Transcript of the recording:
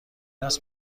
است